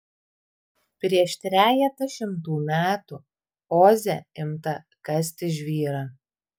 prieš trejetą šimtų metų oze imta kasti žvyrą